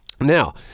Now